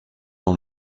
dans